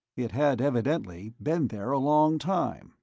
it had evidently been there a long time.